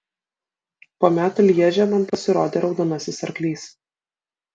po metų lježe man pasirodė raudonasis arklys